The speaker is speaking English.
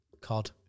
cod